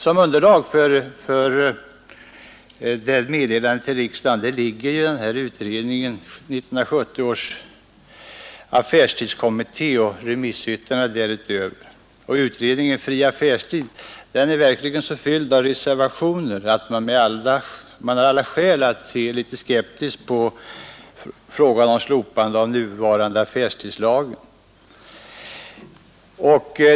Som underlag för detta meddelande till riksdagen ligger utredningen av 1970 års affärstidskommitté och remissyttrandena däröver. Utredningen Fri affärstid är verkligen så fylld av reservationer att man har alla skäl att se skeptiskt på frågan om slopandet av den nuvarande affärstidslagen.